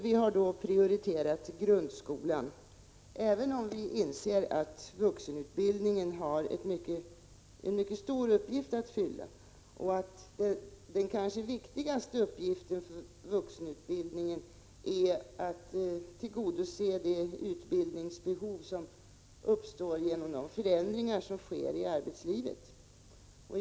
Vi har prioriterat grundskolan, även om vi inser att vuxenutbildningen har en mycket viktig uppgift att fylla och att den kanske viktigaste uppgiften för vuxenutbildningen är att tillgodose det utbildningsbehov som uppstår genom de förändringar i arbetslivet som sker.